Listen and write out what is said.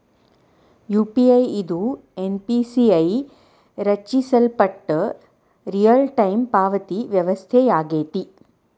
UPI ಇದು NPCI ರಚಿಸಲ್ಪಟ್ಟ real time ಪಾವತಿ ವ್ಯವಸ್ಥೆಯಾಗೆತಿ